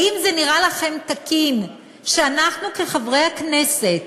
האם זה נראה לכם תקין שאנחנו כחברי הכנסת